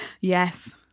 yes